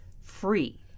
free